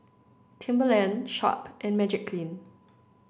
Timberland Sharp and Magiclean